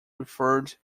referred